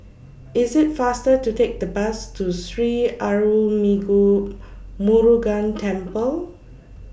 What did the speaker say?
IS IT faster to Take The Bus to Sri Arulmigu Murugan Temple